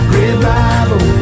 revival